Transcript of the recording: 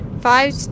five